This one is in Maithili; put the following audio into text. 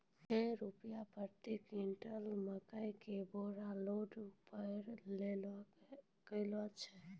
छह रु प्रति क्विंटल मकई के बोरा टेलर पे लोड करे छैय?